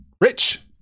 Rich